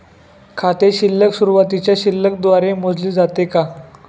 खाते शिल्लक सुरुवातीच्या शिल्लक द्वारे मोजले जाते का?